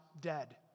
dead